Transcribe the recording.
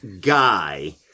guy